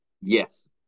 Yes